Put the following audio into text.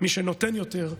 מי שנותן יותר,